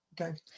Okay